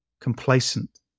Complacent